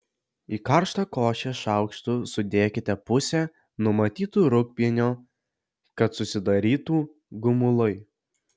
į karštą košę šaukštu sudėkite pusę numatyto rūgpienio kad susidarytų gumulai